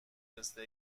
پسته